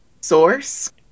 source